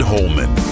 Holman